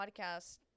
podcast